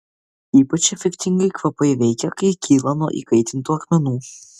ypač efektingai kvapai veikia kai kyla nuo įkaitintų akmenų